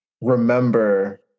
remember